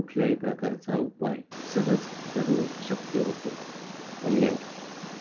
कुठल्याही प्रकारचा उपाय सहज करणे शक्य होते धन्यवाद